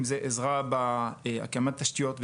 אם זה עזרה בהקמת תשתיות,